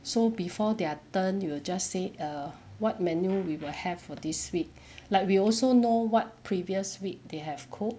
so before their turn you will just say err what menu we will have for this week like we also know what previous week they have cooked